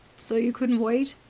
so you couldn't wait!